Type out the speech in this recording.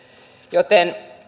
joten